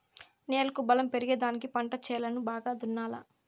నేలకు బలం పెరిగేదానికి పంట చేలను బాగా దున్నాలా